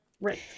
right